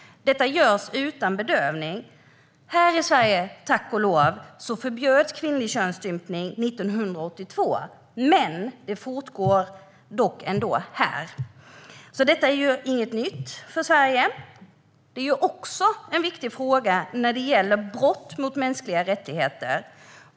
Detta görs utan bedövning. Här i Sverige förbjöds kvinnlig könsstympning 1982 - tack och lov! Men det fortgår ändå här. Detta är inget nytt för Sverige. Det är också en viktig fråga när det gäller brott mot mänskliga rättigheter.